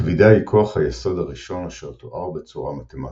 הכבידה היא כוח היסוד הראשון אשר תואר בצורה מתמטית.